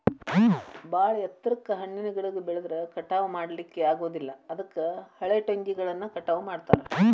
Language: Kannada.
ಬಾಳ ಎತ್ತರಕ್ಕ್ ಹಣ್ಣಿನ ಗಿಡಗಳು ಬೆಳದ್ರ ಕಟಾವಾ ಮಾಡ್ಲಿಕ್ಕೆ ಆಗೋದಿಲ್ಲ ಅದಕ್ಕ ಹಳೆಟೊಂಗಿಗಳನ್ನ ಕಟಾವ್ ಮಾಡ್ತಾರ